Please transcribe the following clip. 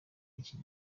y’icyo